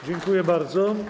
Dziękuję bardzo.